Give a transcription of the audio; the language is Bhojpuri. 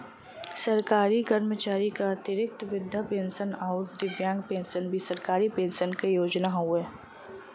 सरकारी कर्मचारी क अतिरिक्त वृद्धा पेंशन आउर दिव्यांग पेंशन भी सरकारी पेंशन क योजना हउवे